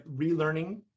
relearning